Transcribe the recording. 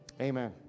Amen